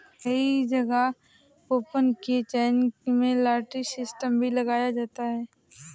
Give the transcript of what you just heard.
कई जगह कूपन के चयन में लॉटरी सिस्टम भी लगाया जाता है